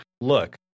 look